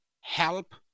help